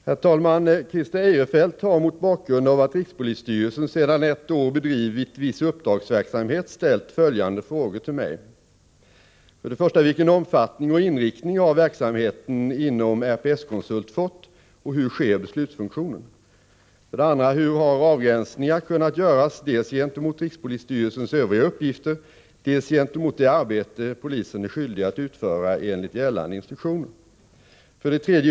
Herr talman! Christer Eirefelt har mot bakgrund av att rikspolisstyrelsen sedan ett år bedrivit viss uppdragsverksamhet ställt följande frågor till mig: 1. Vilken omfattning och inriktning har verksamheten inom RPS-konsult fått och hur sker beslutsfunktionen? 2. Hur har avgränsningar kunnat göras dels gentemot rikspolisstyrelsens övriga uppgifter, dels gentemot det arbete polisen är skyldig att utföra enligt gällande instruktioner? 3.